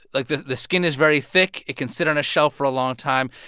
like, the the skin is very thick. it can sit on a shelf for a long time.